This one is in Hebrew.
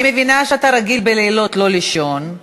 אני מבינה שאתה רגיל בלילות לא לישון,